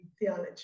theology